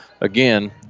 again